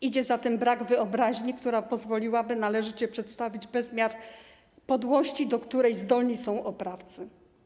Idzie za tym brak wyobraźni, która pozwoliłaby należycie przedstawić bezmiar podłości, do której zdolni są oprawcy.